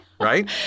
Right